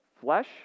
flesh